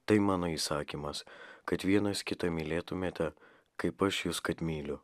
tai mano įsakymas kad vienas kitą mylėtumėte kaip aš jus kad myliu